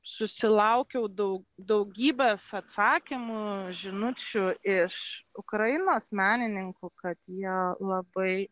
susilaukiau daug daugybės atsakymų žinučių iš ukrainos menininkų kad jie labai